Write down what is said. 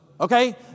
Okay